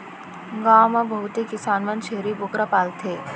गॉव म बहुते किसान मन छेरी बोकरा पालथें